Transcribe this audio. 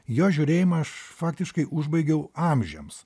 jo žiūrėjimą aš faktiškai užbaigiau amžiams